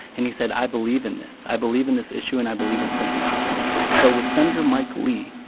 and he said, i believe in this, i believe in this issue and i believe in sentence reform. so with senator mike lee,